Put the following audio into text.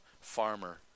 farmer